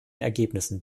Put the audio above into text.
ergebnissen